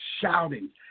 shouting